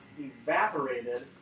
Evaporated